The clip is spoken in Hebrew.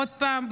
עוד פעם,